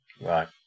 Right